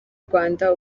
rwanda